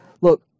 Look